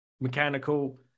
mechanical